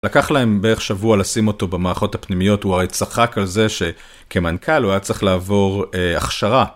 לקח להם בערך שבוע לשים אותו במערכות הפנימיות, הוא הרי צחק על זה שכמנכ"ל הוא היה צריך לעבור הכשרה.